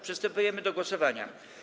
Przystępujemy do głosowania.